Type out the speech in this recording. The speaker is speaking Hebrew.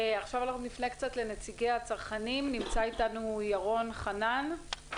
עכשיו נפנה לנציגי הצרכנים נמצא אתנו ירון חנן,